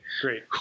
great